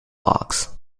box